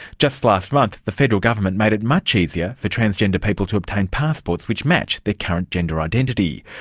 just last month, the federal government made it much easier for transgender people to obtain passports which match their current gender identity.